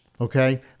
okay